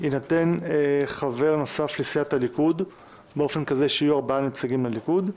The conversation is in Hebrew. יינתן חבר נוסף לסיעת הליכוד באופן כזה שיהיו ארבעה נציגים לליכוד.